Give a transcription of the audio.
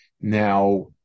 Now